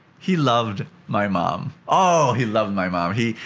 he loved my mom. oh, he loved my mom. he,